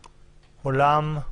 עולם?